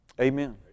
Amen